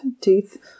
teeth